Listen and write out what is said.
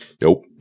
Nope